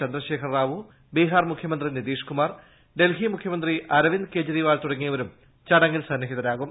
ചന്ദ്രശേഖർ റാവു ബീഹാർ മുഖ്യമന്ത്രി നിതീഷ് കുമാർ ഡൽഹി മുഖ്യമന്ത്രി അരവിന്ദ് കെജ്രിവാൾ തുടങ്ങിയവരും ചടങ്ങിൽ സന്നിഹിതരാകും